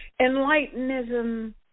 Enlightenism